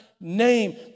name